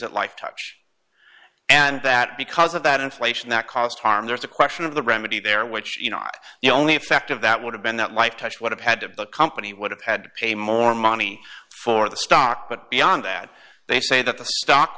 executives at life tops and that because of that inflation that caused harm there is a question of the remedy there which you not the only effect of that would have been that life touch would have had to the company would have had to pay more money for the stock but beyond that they say that the stock